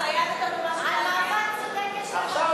על מאבק צודק יש לך תשובה.